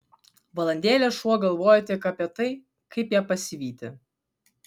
valandėlę šuo galvojo tik apie tai kaip ją pasivyti